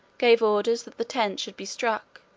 gave orders that the tents should be struck,